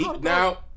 Now